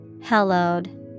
Hallowed